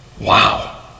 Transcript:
Wow